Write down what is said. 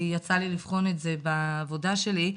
כי יצא לי לבחון את זה בעבודה שלי.